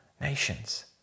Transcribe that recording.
nations